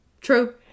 True